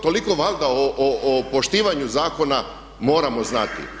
Toliko valjda o poštivanju zakona moramo znati.